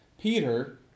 Peter